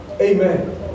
Amen